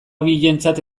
bientzat